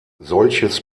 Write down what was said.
solches